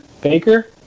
Baker